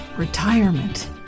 retirement